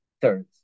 thirds